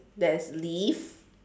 there's lift